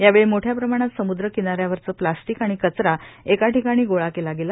यावेळी मोठ्या प्रमाणात समूद्र किना यावरचं प्लास्टिक आणि कचरा एका ठिकाणी गोळा केला गेला